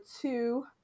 two